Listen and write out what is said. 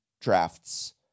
drafts